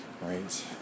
right